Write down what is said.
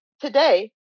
today